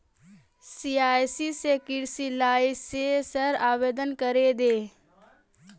CSC स कृषि लाइसेंसेर आवेदन करे दे